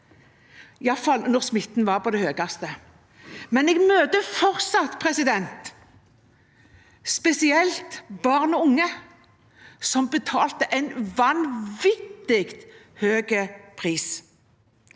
iallfall mens smitten var på sitt høyeste, men jeg møter fortsatt folk, spesielt barn og unge, som betalte en vanvittig høy pris.